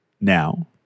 Now